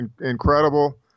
incredible